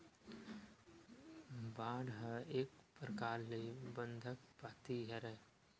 bond ह एक परकार ले बंधक पाती हरय